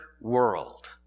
world